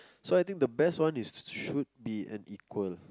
so I think the best one is to should be an equal